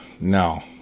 No